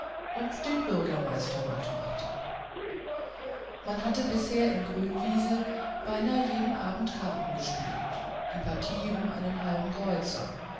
und den bürgermeister matt machte man hatte bisher in grünwiesel beinahe jeden abend karte gespielt die partie um einen halben kreuzer